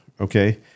okay